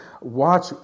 watch